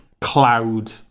cloud